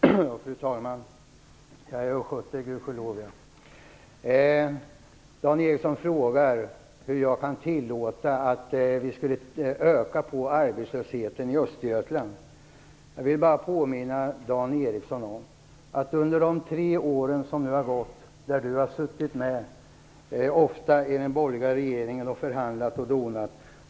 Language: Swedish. Fru talman! Ja, jag är gudskelov östgöte. Dan Ericsson frågar hur jag kan tillåta att vi ökar på arbetslösheten i Östergötland. Jag vill bara påminna om att det har försvunnit ungefär 400 000 jobb under de tre år som nu har gått. Dan Ericsson har ofta suttit med den borgerliga regeringen och förhandlat och donat.